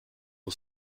nur